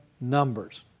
numbers